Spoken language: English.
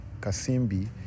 Kasimbi